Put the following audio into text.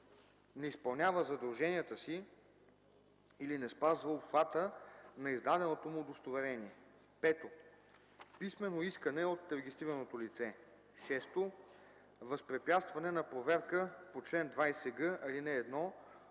не изпълнява задълженията си или не спазва обхвата на издаденото му удостоверение; 5. писмено искане от регистрираното лице; 6. възпрепятстване на проверка по чл. 20г, ал. 1 от